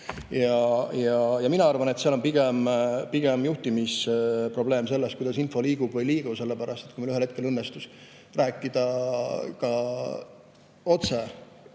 Mina arvan, et seal on pigem juhtimisprobleem, kuidas info liigub või ei liigu, sellepärast et kui mul ühel hetkel õnnestus rääkida otse,